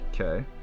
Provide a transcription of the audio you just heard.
Okay